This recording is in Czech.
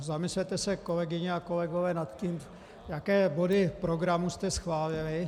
Zamyslete se, kolegyně a kolegové, nad tím, jaké body programu jste schválili.